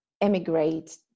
emigrate